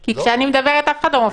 כשאני מדברת אף אחד לא מפריע?